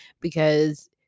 because-